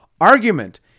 argument